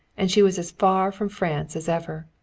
and she was as far from france as ever.